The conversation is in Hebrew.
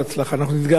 אנחנו נתגעגע אליו,